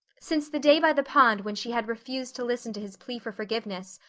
since the day by the pond when she had refused to listen to his plea for forgiveness,